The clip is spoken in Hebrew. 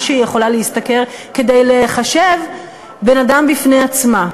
מה שהיא יכולה להשתכר כדי להיחשב בן-אדם בפני עצמה.